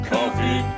Coffee